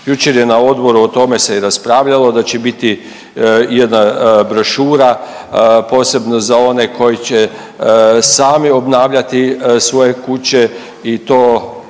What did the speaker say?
Jučer je na odboru o tome se i raspravljalo da će biti jedna brošura posebno za one koji će sami obnavljati svoje kuće i to